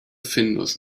findus